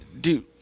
dude